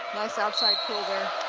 nice outside kill